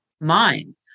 mind